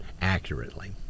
accurately